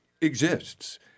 exists